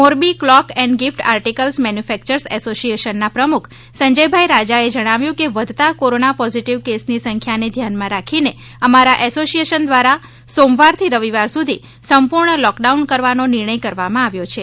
Morbi clock and gift articles manufacturers એસોસિયેટ્સના પ્રમુખ સંજયભાઇ રાજાએ જણાવ્યુ કે વધતા કોરોના પોઝિટિવ કેસની સંખ્યાને ધ્યાનમાં રાખીને અમારા એસોસિયેશન દ્વા રા સોમવારથી રવિવાર સુધી સંપૂર્ણ લોકડાઉન કરવાનો નિર્ણય કરવામા આવેલ છે